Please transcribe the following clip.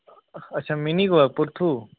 अच्छा मिनी बाग पुरथू